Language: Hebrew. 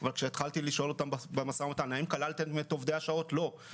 אבל כשהתחלתי לשאול אותם במשא ומתן האם הם כללו את עובדי השעות לא,